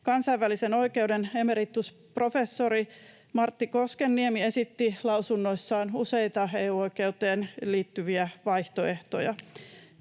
Kansainvälisen oikeuden emeritusprofessori Martti Koskenniemi esitti lausunnoissaan useita EU-oikeuteen liittyviä vaihtoehtoja,